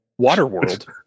Waterworld